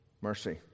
mercy